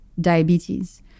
diabetes